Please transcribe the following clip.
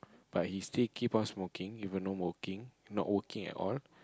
but he still keep on smoking even no working not working at all